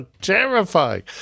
terrifying